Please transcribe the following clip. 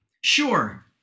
sure